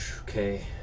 Okay